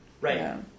Right